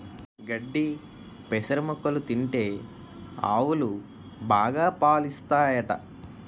గడ్డి పెసర మొక్కలు తింటే ఆవులు బాగా పాలుస్తాయట